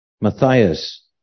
Matthias